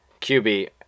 QB